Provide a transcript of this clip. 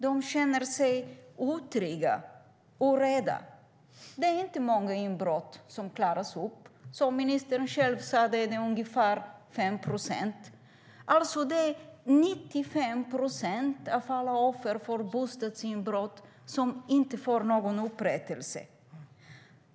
De känner sig otrygga och rädda. Det är inte många inbrott som klaras upp. Som ministern själv sa är det ungefär 5 procent. Det är 95 procent av alla offer för bostadsinbrott som inte får någon upprättelse.